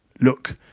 look